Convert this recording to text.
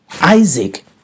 Isaac